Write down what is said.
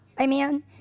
Amen